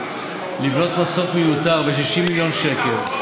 לבנות מסוף מיותר ב-60 מיליון שקל,